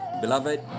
Beloved